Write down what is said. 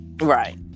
Right